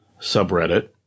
subreddit